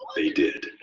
they did.